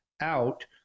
out